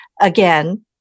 again